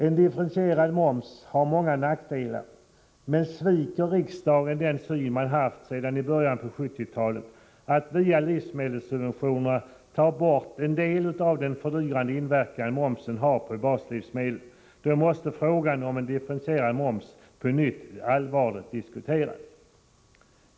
En differentierad moms har många nackdelar, men sviker riksdagen den syn man haft sedan i början på 1970-talet att via livsmedelssubventionerna ta bort en del av den fördyrande inverkan momsen har på baslivsmedlen, då måste frågan om en differentierad moms på nytt allvarligt diskuteras.